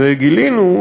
וגילינו,